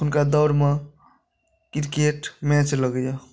अखुनका दौड़मे cricket match लगैया